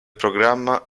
programma